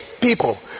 people